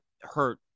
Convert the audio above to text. hurt